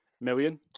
Million